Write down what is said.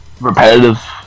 repetitive